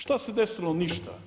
Šta se desilo, ništa.